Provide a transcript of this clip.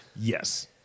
Yes